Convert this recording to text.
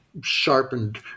Sharpened